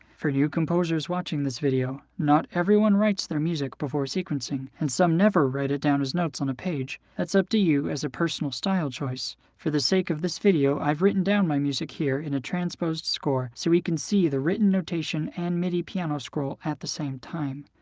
for you composers watching this video, not everyone writes their music before sequencing, and some never write it down as notes on a page. that's up to you as a personal style choice. for the sake of this video, i've written down my music here in a transposed score so we can see the written notation and midi piano scroll at the same time.